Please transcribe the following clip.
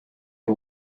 you